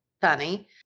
funny